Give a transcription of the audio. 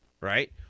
Right